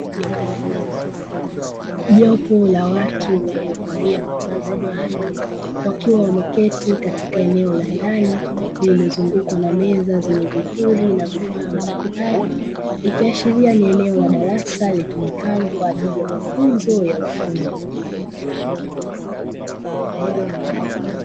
Jopo la watu waliovalia mavazi maalumu, wakiwa wameketi katika eneo la ndani, lililozungukwa na meza zenye vipuri na vifaa mbalimbali, ikiashiria ni eneo la darasa litumikalo kwa ajili ya mafunzo ya ufundi.